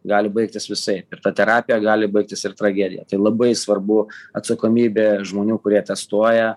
gali baigtis visaip ir ta terapija gali baigtis ir tragedija tai labai svarbu atsakomybė žmonių kurie testuoja